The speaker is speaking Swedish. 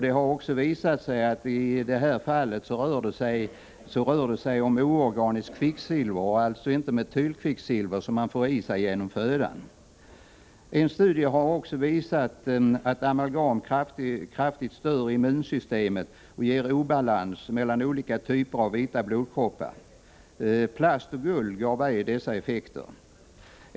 Det har också visat sig att det i det här fallet rör sig om oorganiskt kvicksilver, alltså inte metylkvicksilver, som man får i sig genom födan. En studie har visat att amalgam kraftigt stör immunsystemet och ger obalans mellan olika typer av vita blodkroppar. Plast och guld gav ej dessa effekter.